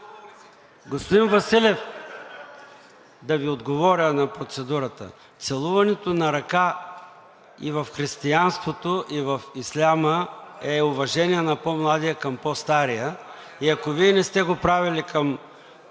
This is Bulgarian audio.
Господин Василев, да Ви отговоря на процедурата. Целуването на ръка и в християнството, и в исляма е уважение на по-младия към по-стария, и ако Вие не сте го правили към